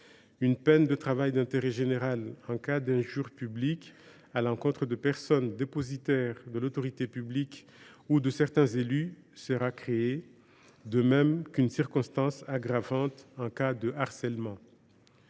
une peine de travail d’intérêt général en cas d’injure publique à l’encontre de personnes dépositaires de l’autorité publique ou de certains élus sera créée, de même qu’une circonstance aggravante en cas de harcèlement.